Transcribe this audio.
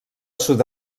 sud